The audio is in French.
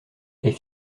est